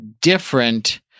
different